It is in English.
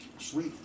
Sweet